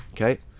okay